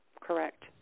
Correct